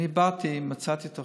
אני באתי, מצאתי תוכנית.